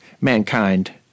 mankind